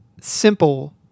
simple